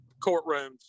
courtrooms